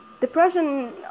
depression